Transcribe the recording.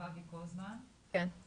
כן,